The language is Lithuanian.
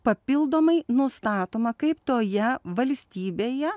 papildomai nustatoma kaip toje valstybėje